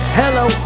hello